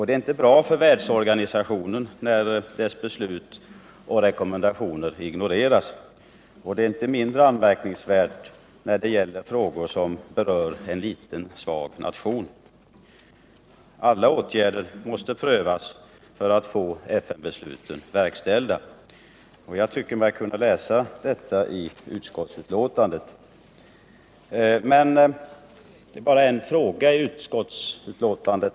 Det är inte bra för världsorganisationen att ” dess beslut och rekommendationer ignoreras, och att sådant sker är inte 100 mindre anmärkningsvärt för att det gäller frågor som berör en liten svag nation. Alla åtgärder för att få FN-besluten verkställda måste prövas, och jag Nr 48 tycker mig också kunna utläsa den uppfattningen i utskottets betänkande.